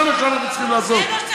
זה מה שאנחנו צריכים לעשות.